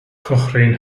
cochrane